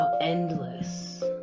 endless